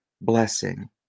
blessing